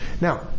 Now